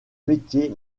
métier